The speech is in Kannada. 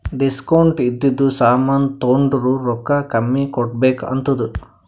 ಡಿಸ್ಕೌಂಟ್ ಇದ್ದಿದು ಸಾಮಾನ್ ತೊಂಡುರ್ ರೊಕ್ಕಾ ಕಮ್ಮಿ ಕೊಡ್ಬೆಕ್ ಆತ್ತುದ್